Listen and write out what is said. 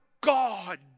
God